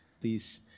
Please